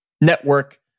network